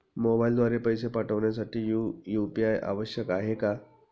मोबाईलद्वारे पैसे पाठवण्यासाठी यू.पी.आय आवश्यक आहे का?